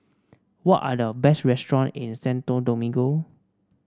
what are the best restaurants in Santo Domingo